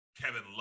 Kevin